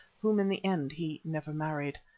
whom in the end he never married.